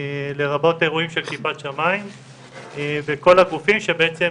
לרבות אירועים של כיפת שמים וכל הגופים שהם בעצם